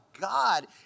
God